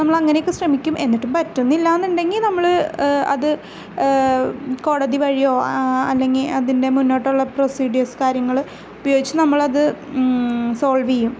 നമ്മൾ അങ്ങനെയൊക്കെ ശ്രമിക്കും എന്നിട്ടും പറ്റുന്നില്ല എന്നുണ്ടെങ്കിൽ നമ്മള് അത് കോടതി വഴിയോ അല്ലെങ്കിൽ അതിൻ്റെ മുന്നോട്ടുള്ള പ്രൊസീഡ്യേഴ്സ് കാര്യങ്ങള് ഉപയോഗിച്ച് നമ്മളത് സോൾവ് ചെയ്യും